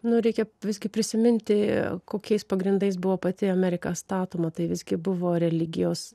nu reikia visgi prisiminti kokiais pagrindais buvo pati amerika statoma tai visgi buvo religijos